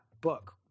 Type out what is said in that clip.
book